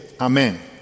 Amen